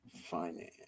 Finance